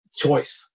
choice।